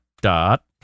dot